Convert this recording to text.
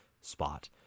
spot